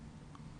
חולקו